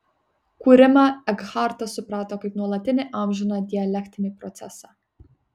kūrimą ekhartas suprato kaip nuolatinį amžiną dialektinį procesą